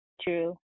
True